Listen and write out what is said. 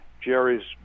Jerry's